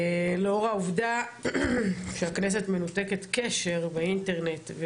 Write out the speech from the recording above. לאור העובדה שהכנסת מנותקת קשר ואינטרנט,